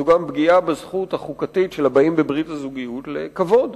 זו גם פגיעה בזכות החוקתית של הבאים בברית הזוגיות לכבוד.